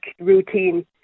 routine